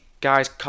guys